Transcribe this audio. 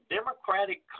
Democratic